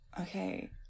Okay